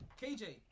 KJ